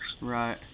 Right